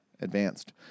advanced